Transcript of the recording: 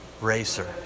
racer